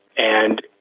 and,